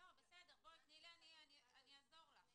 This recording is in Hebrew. --- לפני יומיים.